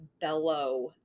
bellow